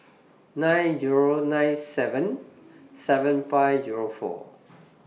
nine Zero nine seven seven five Zero four